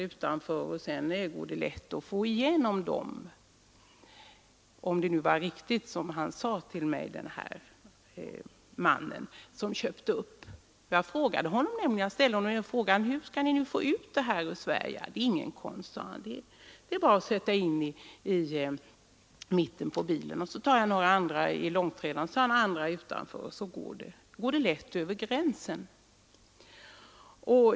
Han sade då att det inte är så svårt. Man ställer bara de gamla möblerna mitt i långtradaren och placerar några andra möbler omkring, och sedan är det lätt att få lasten över gränsen — om jag nu får tro vad denne man berättade.